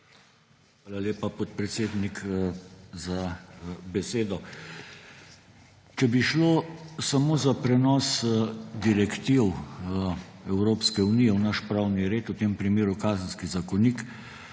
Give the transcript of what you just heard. Hvala lepa, podpredsednik, za besedo. Če bi šlo samo za prenos direktiv Evropske unije v naš pravni red, v tem primeru Kazenski zakonik,